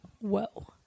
Whoa